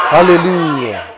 Hallelujah